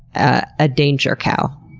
ah a danger cow?